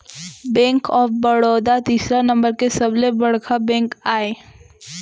bank of Baroda तीसरा number के सबले बड़का बेंक आय